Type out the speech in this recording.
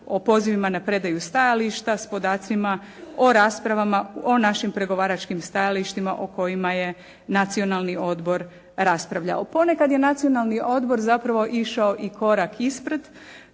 o pozivima na predaju stajališta s podacima o raspravama o našim pregovaračkim stajalištima o kojima je Nacionalni odbor raspravljao. Ponekad je Nacionalni odbor zapravo išao i korak ispred.